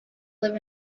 live